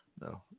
No